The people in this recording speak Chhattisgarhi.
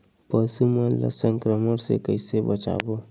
पशु मन ला संक्रमण से कइसे बचाबो?